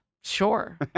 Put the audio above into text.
sure